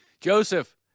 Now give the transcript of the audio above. Joseph